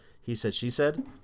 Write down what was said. he-said-she-said